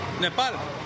Nepal